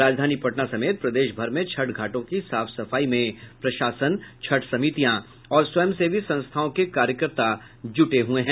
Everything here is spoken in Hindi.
राजधानी पटना समेत प्रदेश भर में छठ घाटों की साफ सफाई में प्रशासन छठ समितियां और स्वयंसेवी संस्थाओं के कार्यकर्ता जुट गये हैं